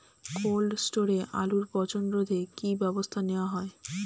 Cold স্টোরে আলুর পচন রোধে কি ব্যবস্থা নেওয়া হয়?